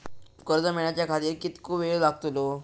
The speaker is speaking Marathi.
कर्ज मेलाच्या खातिर कीतको वेळ लागतलो?